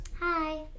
Hi